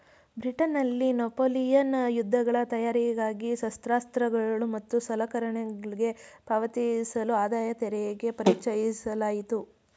ಬ್ರಿಟನ್ನಲ್ಲಿ ನೆಪೋಲಿಯನ್ ಯುದ್ಧಗಳ ತಯಾರಿಗಾಗಿ ಶಸ್ತ್ರಾಸ್ತ್ರಗಳು ಮತ್ತು ಸಲಕರಣೆಗಳ್ಗೆ ಪಾವತಿಸಲು ಆದಾಯತೆರಿಗೆ ಪರಿಚಯಿಸಲಾಯಿತು